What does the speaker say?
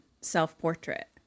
self-portrait